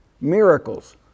miracles